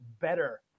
better